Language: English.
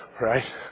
right